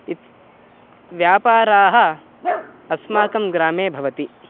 इति व्यापाराः अस्माकं ग्रामे भवन्ति